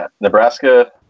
Nebraska